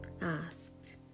asked